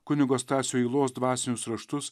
kunigo stasio ylos dvasinius raštus